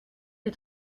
des